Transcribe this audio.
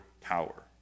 power